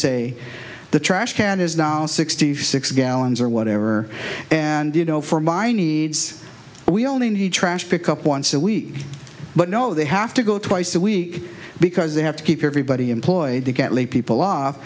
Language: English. say the trash can is now sixty six gallons or whatever and you know for my needs we only need trash pickup once a week but no they have to go twice a week because they have to keep everybody employed to get laid people off